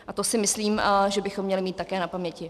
A to si myslím, že bychom měli mít také na paměti.